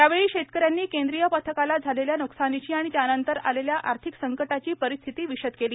यावेळी शेतकऱ्यांनी केंद्रीय पथकाला झालेल्या न्कसानीची आणि त्यानंतर आलेल्या आर्थिक संकटाची परिस्थिती विषद केली